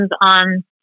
on